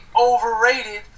overrated